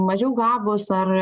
mažiau gabūs ar